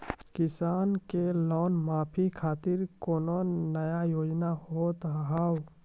किसान के लोन माफी खातिर कोनो नया योजना होत हाव?